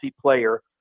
player